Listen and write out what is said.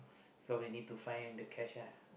so we need to find the cashier